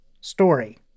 story